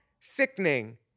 sickening